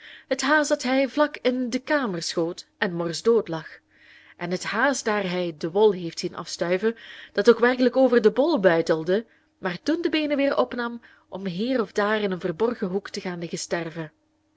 het haas dat hij vlak in de kamer schoot en morsdood lag en het haas daar hij de wol heeft zien afstuiven dat ook werkelijk over den bol buitelde maar toen de beenen weer opnam om hier of daar in een verborgen hoek te gaan liggen sterven